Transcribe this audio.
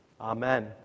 Amen